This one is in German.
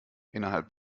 innerhalb